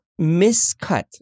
miscut